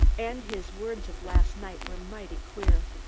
and his words of last night were mighty queer.